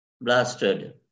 blasted